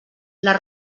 les